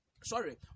Sorry